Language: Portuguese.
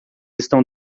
estão